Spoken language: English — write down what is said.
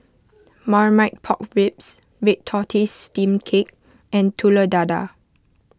Marmite Pork Ribs Red Tortoise Steamed Cake and Telur Dadah